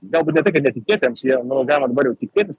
galbūt ne tai kad netikėtiems jie nu galima dabar jau tikėtis